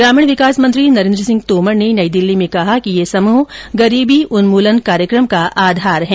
ग्रामीण विकास मंत्री नरेन्द्र सिंह तोमर ने नई दिल्ली में कहा कि ये समूह गरीबी उन्मूलन कार्यक्रम का आधार है